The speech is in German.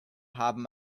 haben